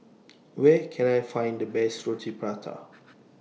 Where Can I Find The Best Roti Prata